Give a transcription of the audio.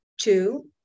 two